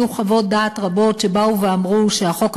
חוות דעת רבות שאמרו שהחוק הנורבגי,